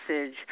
message